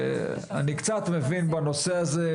שאני קצת מבין בנושא הזה,